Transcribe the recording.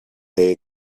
take